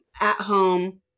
at-home